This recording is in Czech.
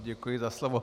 Děkuji za slovo.